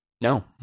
No